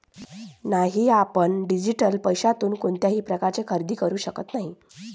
नाही, आपण डिजिटल पैशातून कोणत्याही प्रकारचे खरेदी करू शकत नाही